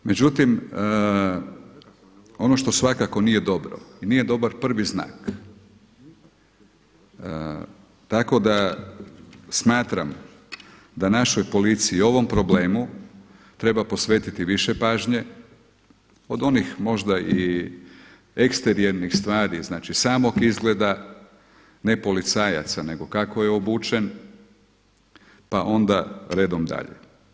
Međutim, ono što svakako nije dobro i nije dobar prvi znak, tako da smatram da našoj policiji ovom problemu treba posvetiti više pažnje od onih možda i eksterijernih stvari, znači samog izgleda ne samo policajaca neto kako je obučen pa onda redom dalje.